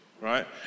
right